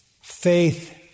faith